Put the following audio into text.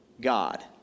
God